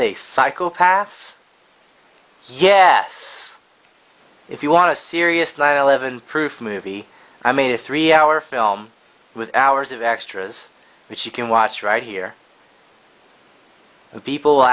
they psychopaths yeah this if you want a serious line eleven proof movie i made a three hour film with hours of extras which you can watch right here and people